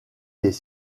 des